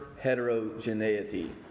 heterogeneity